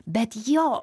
bet jo